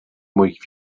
moich